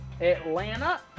Atlanta